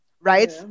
right